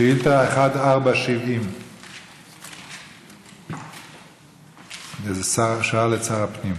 שאילתה מס' 1470. שאל את שר הפנים.